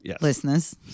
listeners